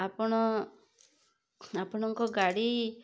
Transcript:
ଆପଣ ଆପଣଙ୍କ ଗାଡ଼ି